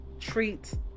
Treat